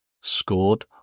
scored